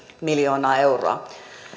miljoonaa euroa